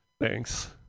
Thanks